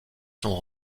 sont